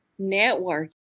networking